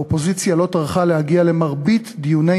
האופוזיציה לא טרחה להגיע למרבית דיוני